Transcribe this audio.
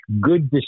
good